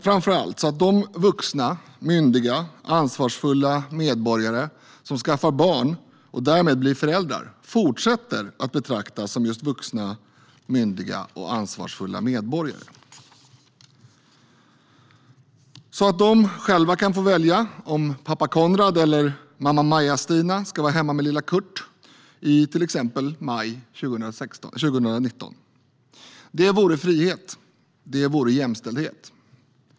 Framför allt ska de vuxna, myndiga, ansvarsfulla medborgare som skaffar barn och därmed blir föräldrar fortsätta att betraktas som just vuxna, myndiga och ansvarsfulla medborgare. De ska själva kunna få välja om pappa Konrad eller mamma Maja-Stina ska vara hemma med lilla Kurt i till exempel maj 2019. Det vore frihet. Det vore jämställdhet.